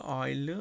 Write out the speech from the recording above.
oil